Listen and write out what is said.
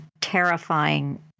terrifying